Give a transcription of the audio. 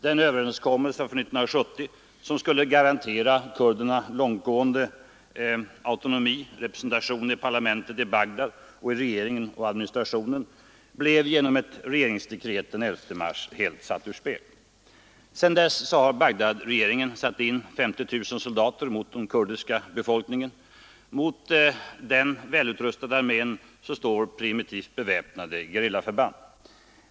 En överenskommelse från 1970 som skulle garantera kurderna en långtgående autonomi, representation i parlamentet i Bagdad, i regering och administration, blev genom ett regeringsdekret den 11 mars helt satt ur spel. Sedan dess har Bagdadregeringen satt in 50 000 soldater mot den kurdiska befolkningen. Mot denna välutrustade armé står primitivt beväpnade gerillaförband.